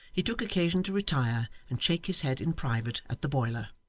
he took occasion to retire and shake his head in private at the boiler